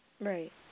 Right